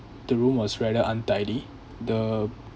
the room was rather untidy the